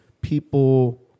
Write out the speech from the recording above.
people